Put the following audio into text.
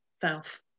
self